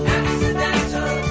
accidental